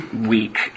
week